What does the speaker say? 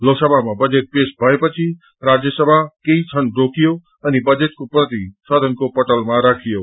लोकसभामा बजेट पेश पछि राज्यसभा केही क्षण रोकियो अनि बजेटको प्रति सदनको पटलमा राखियो